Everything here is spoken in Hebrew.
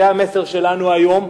זה המסר שלנו היום,